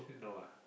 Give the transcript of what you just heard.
no ah